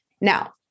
Now